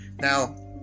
Now